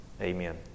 Amen